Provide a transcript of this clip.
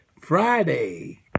Friday